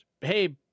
hey